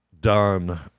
done